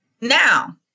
Now